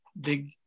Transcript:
big